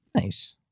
Nice